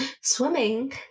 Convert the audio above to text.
swimming